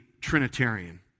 Trinitarian